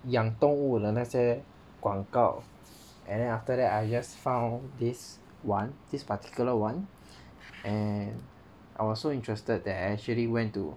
养动物的那些广告 and then after that I just found this one this particular one and I was so interested that I actually went to